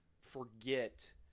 forget –